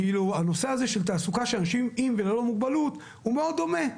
הנושא הזה של תעסוקה של אנשים עם וללא מוגבלות הוא מאוד דומה.